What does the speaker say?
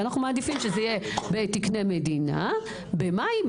ואנחנו מעדיפים שזה יהיה בתקני מדינה במאי,